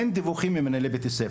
אין דיווחים ממנהלי בית הספר.